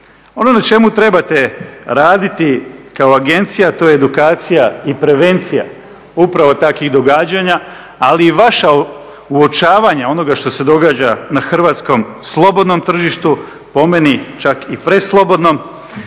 Ono na čemu trebate raditi kao agencija to je edukacija i prevencija upravo takvih događanja, ali i vaša uočavanja onoga što se događa na hrvatskom slobodnom tržištu po meni čak i preslobodnom